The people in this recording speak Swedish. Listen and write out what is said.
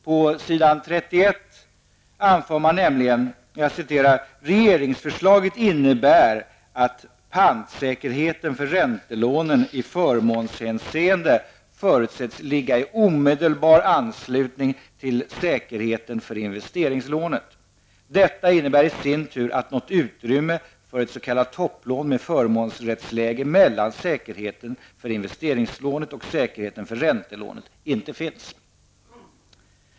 På s. 31 anför man nämligen: ''Regeringsförslaget innebär att pantsäkerheten för räntelånen i förmånshänseende förutsätts ligga i omedelbar anslutning till säkerheten för investeringslånet. Detta innebär i sin tur att något utrymme för ett s.k. topplån med förmånsrättsläge mellan säkerheten för investeringslånet och säkerheten för räntelånet inte finns.''